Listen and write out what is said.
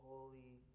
Holy